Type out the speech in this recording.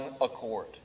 accord